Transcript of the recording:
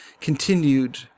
continued